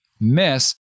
miss